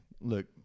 Look